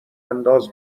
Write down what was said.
انداز